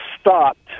stopped